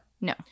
no